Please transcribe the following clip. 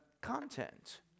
content